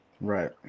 right